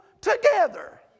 together